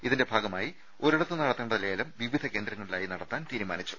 ഇതിന്റെ ഭാഗ മായി ഒരിടത്ത് നടത്തേണ്ട ലേലം വിവിധ കേന്ദ്രങ്ങളിലായി നടത്താൻ തീരുമാനിച്ചു